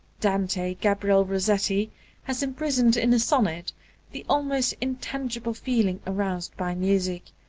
dante gabriel rossetti has imprisoned in a sonnet the almost intangible feeling aroused by music,